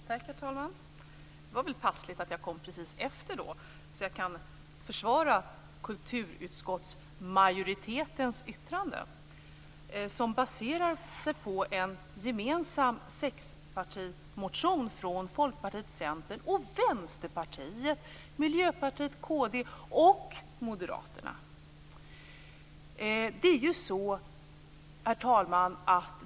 Herr talman! Det var väl passande att jag kom precis efter så att jag kan försvara yttrandet från kulturutskottets majoritet. Det baserar sig på en gemensam sexpartimotion från Folkpartiet, Centern, Vänsterpartiet, Miljöpartiet, Kristdemokraterna och Moderaterna. Herr talman!